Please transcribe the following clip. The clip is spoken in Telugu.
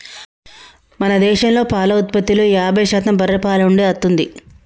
మన దేశంలో పాల ఉత్పత్తిలో యాభై శాతం బర్రే పాల నుండే అత్తుంది